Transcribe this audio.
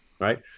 right